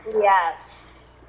Yes